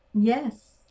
yes